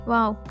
Wow